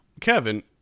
Kevin